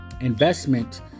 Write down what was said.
investment